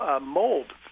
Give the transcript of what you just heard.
mold